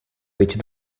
which